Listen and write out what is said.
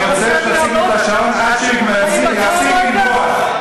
אני רוצה שתפסיק את השעון עד שהוא יפסיק לנבוח.